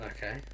Okay